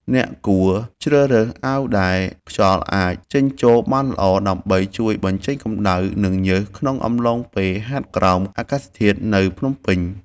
អ្នកគួរជ្រើសរើសអាវដែលខ្យល់អាចចេញចូលបានល្អ ដើម្បីជួយបញ្ចេញកម្ដៅ និងញើសក្នុងអំឡុងពេលហាត់ក្រោមអាកាសធាតុនៅភ្នំពេញ។